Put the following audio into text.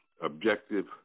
objective